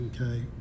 okay